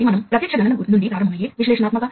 కాబట్టి ఇవి field bus లో లభించే కొన్ని లక్షణాలు